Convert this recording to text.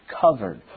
covered